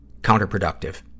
counterproductive